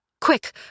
Quick